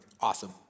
awesome